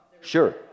Sure